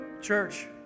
Church